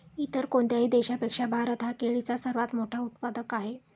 इतर कोणत्याही देशापेक्षा भारत हा केळीचा सर्वात मोठा उत्पादक आहे